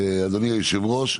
אדוני היושב ראש,